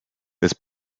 this